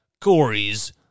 Corey's